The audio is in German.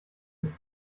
ist